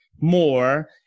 more